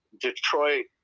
detroit